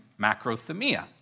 macrothemia